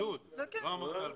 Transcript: בידוד, לא אמרת בידוד.